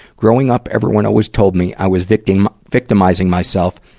growing up, everyone always told me i was victimizing victimizing myself.